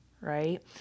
right